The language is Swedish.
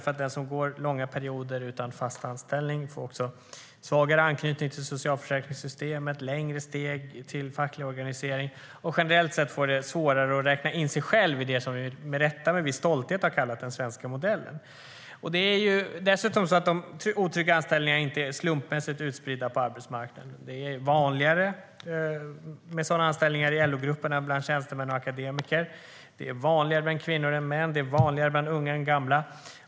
Den som går långa perioder utan fast anställning får också svagare anknytning till socialförsäkringssystemet, längre steg till facklig organisering och får det generellt sett svårare att räkna in sig själv i det som vi med rätta med viss stolthet har kallat den svenska modellen. Dessutom är de otrygga anställningarna inte slumpmässigt utspridda på arbetsmarknaden. Det är vanligare med sådana anställningar i LO-grupperna än bland tjänstemän och akademiker. Det är vanligare bland kvinnor än bland män. Det är vanligare bland unga än bland gamla.